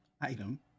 item